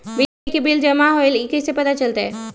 बिजली के बिल जमा होईल ई कैसे पता चलतै?